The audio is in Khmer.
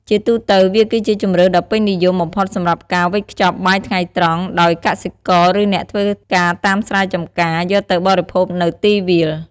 ជាទូទៅ វាគឺជាជម្រើសដ៏ពេញនិយមបំផុតសម្រាប់ការ វេចខ្ចប់បាយថ្ងៃត្រង់ ដោយកសិករ ឬអ្នកធ្វើការតាមស្រែចម្ការ យកទៅបរិភោគនៅទីវាល។